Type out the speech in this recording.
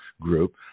group